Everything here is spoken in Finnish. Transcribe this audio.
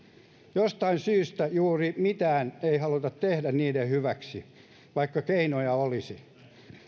jostain syystä juuri mitään ei haluta tehdä niiden hyväksi vaikka keinoja olisi